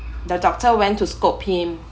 the doctor went to scope him